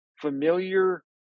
familiar